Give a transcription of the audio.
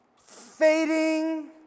fading